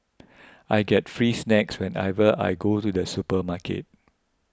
I get free snacks whenever I go to the supermarket